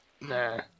Nah